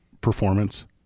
performance